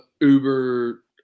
Uber